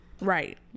right